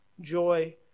joy